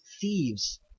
thieves